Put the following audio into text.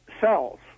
cells